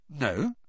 No